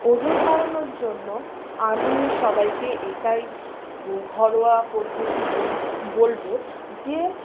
ওজন বাড়ানোর জন্য আমি সবাইকে এটাই ঘরোয়া পদ্ধতি বলবো যে